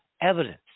evidence